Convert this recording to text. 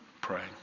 praying